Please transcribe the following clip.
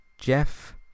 Jeff